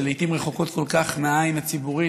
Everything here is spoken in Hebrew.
שלעיתים רחוקות כל כך מהעין הציבורית,